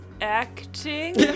acting